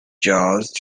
just